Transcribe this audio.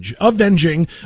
avenging